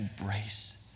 embrace